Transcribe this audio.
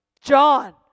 John